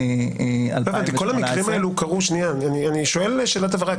אני שואל שאלת הבהרה.